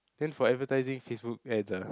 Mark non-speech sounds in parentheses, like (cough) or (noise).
then for advertising Facebook ads ah (breath)